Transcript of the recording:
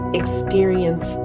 experience